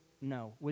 no